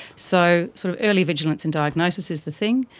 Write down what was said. so sort of early vigilance and diagnosis is the thing,